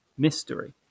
mystery